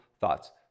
thoughts